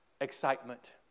excitement